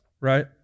right